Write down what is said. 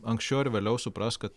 anksčiau ar vėliau supras kad